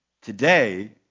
Today